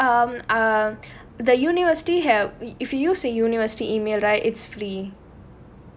no um um the university help if you use a university email right it's free